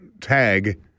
tag